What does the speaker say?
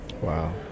Wow